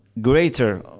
greater